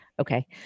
okay